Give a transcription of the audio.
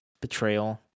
betrayal